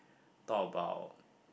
talk about